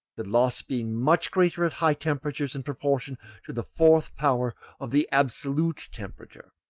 the loss being much greater at high temperatures in proportion to the fourth power of the absolute temperature.